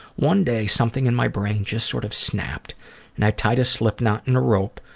one day something in my brain just sort of snapped and i tied a slip knot in a rope,